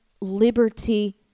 liberty